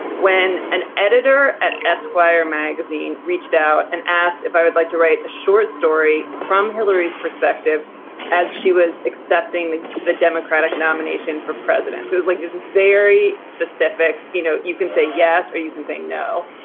when an editor at esquire magazine reached out and asked if i would like to write a short story from hillary's perspective as she was accepting the the democratic nomination for president. so it's like it's very specific. you know, you can say yes or you can say no.